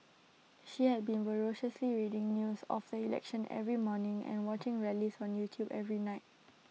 she had been voraciously reading news of the election every morning and watching rallies on YouTube every night